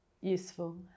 useful